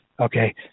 Okay